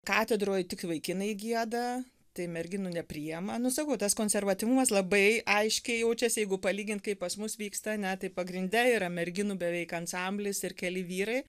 katedroj tik vaikinai gieda tai merginų nepriima nu sakau tas konservatyvumas labai aiškiai jaučiasi jeigu palygint kaip pas mus vyksta ane tai pagrinde yra merginų beveik ansamblis ir keli vyrai